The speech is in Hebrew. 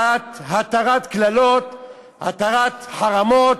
התרת קללות, התרת חרמות,